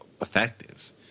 effective